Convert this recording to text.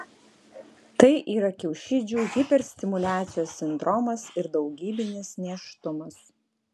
tai yra kiaušidžių hiperstimuliacijos sindromas ir daugybinis nėštumas